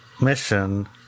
mission